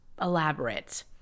elaborate